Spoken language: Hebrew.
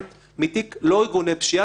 זה כאילו שווה אפס.